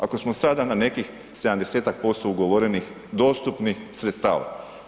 Ako smo sada na nekih 70-ak% ugovorenih dostupnih sredstava.